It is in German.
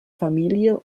familie